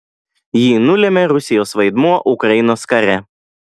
jį nulėmė rusijos vaidmuo ukrainos kare